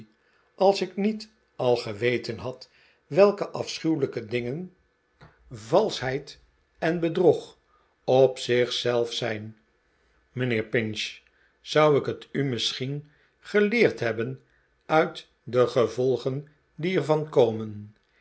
als ik niet al geweten had welke afschuwelijke dingen valschheid en bedrog op zich zelf zijn mijnheer pinch zou ik het nu misschien geleerd hebben uit de gevolgen die er van komen